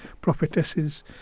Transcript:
prophetesses